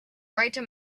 greater